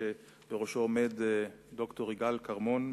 שבראשו עומד ד"ר יגאל כרמון.